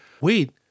wait